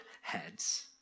heads